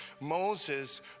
Moses